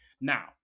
Now